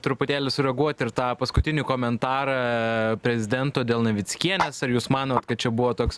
truputėlį sureaguot ir tą paskutinį komentarą prezidento dėl navickienės ar jūs manot kad čia buvo toks